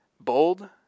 Bold